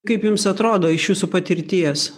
kaip jums atrodo iš jūsų patirties